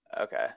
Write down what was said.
Okay